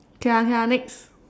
okay ah okay ah next